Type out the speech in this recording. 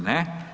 Ne.